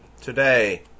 today